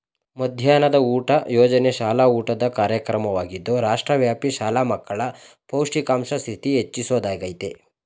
ಮಧ್ಯಾಹ್ನದ ಊಟ ಯೋಜನೆ ಶಾಲಾ ಊಟದ ಕಾರ್ಯಕ್ರಮವಾಗಿದ್ದು ರಾಷ್ಟ್ರವ್ಯಾಪಿ ಶಾಲಾ ಮಕ್ಕಳ ಪೌಷ್ಟಿಕಾಂಶ ಸ್ಥಿತಿ ಹೆಚ್ಚಿಸೊದಾಗಯ್ತೆ